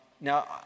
Now